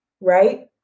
right